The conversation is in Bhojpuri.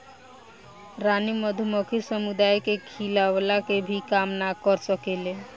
रानी मधुमक्खी समुदाय के खियवला के भी काम ना कर सकेले